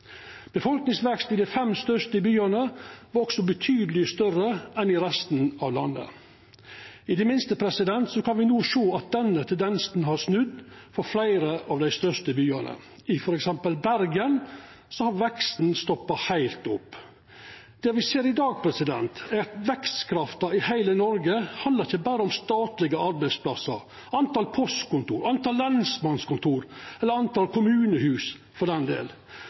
Befolkningsveksten i dei fem største byane var også betydeleg større enn i resten av landet. I det minste kan me no sjå at denne tendensen har snudd i fleire av dei største byane. I f.eks. Bergen har veksten stoppa heilt opp. Det vi ser i dag, er at vekstkrafta i heile Noreg ikkje berre handlar om statlege arbeidsplassar, talet på postkontor, talet på lensmannskontor, eller talet på kommunehus for den